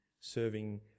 serving